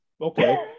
okay